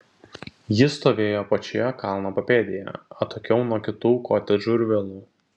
ji stovėjo pačioje kalno papėdėje atokiau nuo kitų kotedžų ir vilų